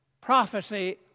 Prophecy